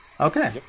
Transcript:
Okay